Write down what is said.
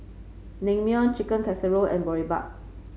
Naengmyeon Chicken Casserole and Boribap